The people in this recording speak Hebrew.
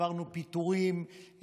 עברנו פיטורים,